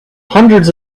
hundreds